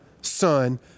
son